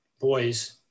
boys